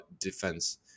defense